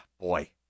boy